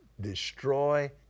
destroy